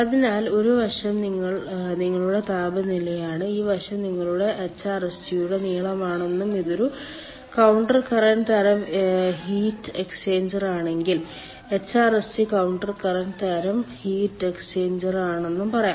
അതിനാൽ ഈ വശം നിങ്ങളുടെ താപനിലയാണ് ഈ വശം നിങ്ങളുടെ എച്ച്ആർഎസ്ജിയുടെ നീളമാണെന്നും ഇത് ഒരു കൌണ്ടർ കറന്റ് തരം ഹീറ്റ് എക്സ്ചേഞ്ചറാണെങ്കിൽ എച്ച്ആർഎസ്ജി കൌണ്ടർ കറന്റ് തരം ഹീറ്റ് എക്സ്ചേഞ്ചറാണെന്നും പറയാം